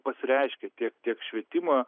pasireiškia tiek tiek švietimo